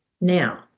now